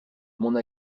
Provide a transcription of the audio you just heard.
mon